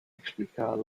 explicar